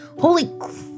Holy